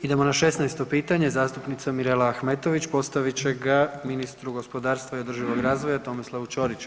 Idemo na 16-to pitanje, zastupnica Mirela Ahmetović postavit će ga ministru gospodarstva i održivog razvoja Tomislavu Ćoriću.